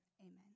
Amen